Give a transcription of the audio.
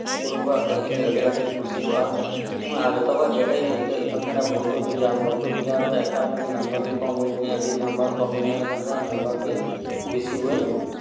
ᱱᱩᱠᱩ ᱢᱩᱠᱩᱣᱟᱜ ᱠᱟᱹᱦᱤᱱᱤ ᱟᱹᱰᱤ ᱟᱸᱴᱤᱧ ᱠᱩᱥᱤᱣᱟᱜᱼᱟ ᱤᱧ ᱢᱟ ᱡᱷᱚᱛᱚ ᱠᱷᱚᱡ ᱠᱮᱴᱮᱡ ᱤᱧ ᱟᱹᱭᱠᱟᱹᱣᱮᱫ ᱛᱟᱦᱮᱸᱱᱟ ᱵᱷᱳᱣᱛᱚ ᱵᱤᱜᱽᱜᱟᱱ ᱵᱷᱳᱣᱛᱚ ᱵᱤᱜᱽᱜᱟᱱ ᱨᱮᱫᱚ ᱮᱠᱟᱞᱛᱮ ᱱᱟᱢᱵᱟᱨ ᱜᱮ ᱵᱟᱹᱧ ᱧᱟᱢᱮᱫ ᱛᱟᱦᱮᱸᱱ ᱟᱹᱰᱤ ᱜᱮ ᱠᱚᱢ ᱱᱟᱢᱵᱟᱨᱤᱧ ᱧᱟᱢᱮᱫ ᱛᱟᱦᱮᱸᱱ ᱢᱮᱱᱠᱷᱟᱱ ᱱᱟᱢᱵᱟᱨ ᱜᱮ ᱵᱤᱥᱤ ᱵᱟᱹᱧ